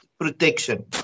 protection